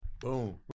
Boom